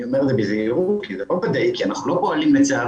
אני אומר את זה בזהירות כי זה לא ודאי כי אנחנו לא פועלים לצערי